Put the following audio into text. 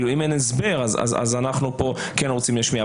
אם אין הסבר אז אנחנו כן רוצים להשמיע.